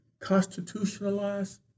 constitutionalize